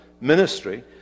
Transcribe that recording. ministry